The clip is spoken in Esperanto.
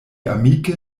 amike